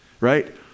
Right